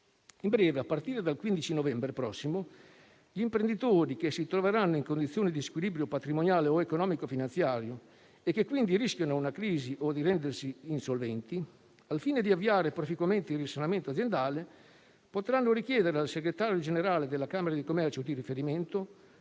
In breve, a partire dal 15 novembre prossimo gli imprenditori che si troveranno in condizione di squilibrio patrimoniale o economico-finanziario e che quindi rischiano una crisi o di rendersi insolventi, al fine di avviare proficuamente il risanamento aziendale potranno richiedere al segretario generale della camera di commercio di riferimento